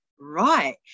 Right